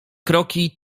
kroki